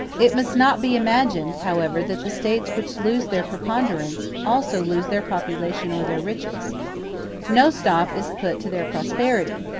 it must not be imagined, however, that the states which lose their preponderance, also lose their population or their riches no stop is put to their prosperity,